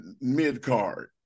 mid-card